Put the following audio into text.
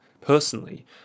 personally